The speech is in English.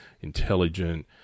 intelligent